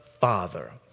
Father